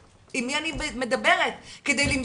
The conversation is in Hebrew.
עם מי אני מדברת כדי לסגור עסקה,